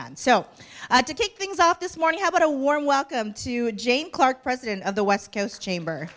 on so to kick things off this morning how about a warm welcome to jane clarke president of the west coast chamber